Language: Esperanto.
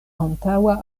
antaŭa